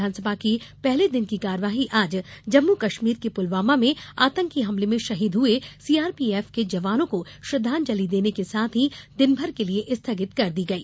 विधानसभा की पहले दिन की कार्यवाही आज जम्मू कश्मीर के पुलवामा में आतंकी हमले में शहीद हुए सीआरपीएफ के जवानों को श्रद्वांजलि देने के साथ ही दिनभर के लिये स्थगित कर दी गई